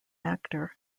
actor